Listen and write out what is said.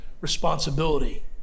responsibility